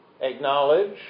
acknowledge